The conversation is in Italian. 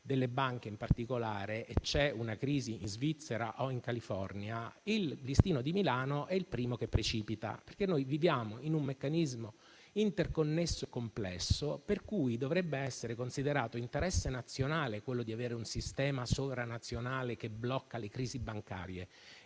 delle banche in particolare, e si verifica una crisi in Svizzera o in California, il listino di Milano è il primo a precipitare, dal momento che viviamo in un meccanismo interconnesso e complesso, per cui dovrebbe essere considerato interesse nazionale il fatto di avere un sistema sovranazionale che blocca le crisi bancarie.